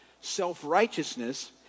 self-righteousness